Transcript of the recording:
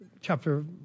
chapter